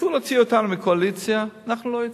רצו להוציא אותנו מהקואליציה, אנחנו לא נצא.